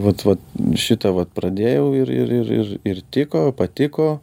vat vat šitą vat pradėjau ir ir ir ir ir tiko patiko